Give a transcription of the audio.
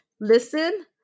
listen